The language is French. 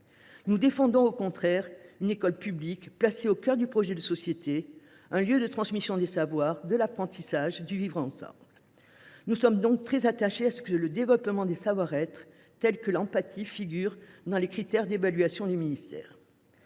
Nous défendons au contraire une école publique placée au cœur du projet de société : un lieu de transmission des savoirs, de l’apprentissage, du vivre ensemble. Nous sommes donc très attachés à ce que le développement des savoir être, comme l’empathie, figure dans les critères d’évaluation des ministères.